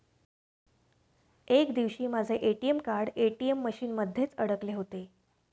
एक दिवशी माझे ए.टी.एम कार्ड ए.टी.एम मशीन मध्येच अडकले होते